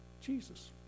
Jesus